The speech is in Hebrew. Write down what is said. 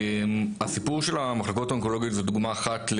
הסיפור של המחלקות האונקולוגיות זו דוגמא אחת,